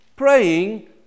Praying